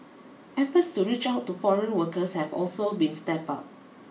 efforts to reach out to foreign workers have also been stepped up